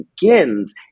begins